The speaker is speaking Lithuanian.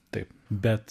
taip bet